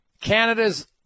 Canada's